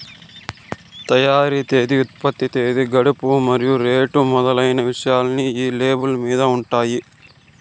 తయారీ తేదీ ఉత్పత్తి తేదీ గడువు మరియు రేటు మొదలైన విషయాలన్నీ ఈ లేబుల్ మీద ఉంటాయి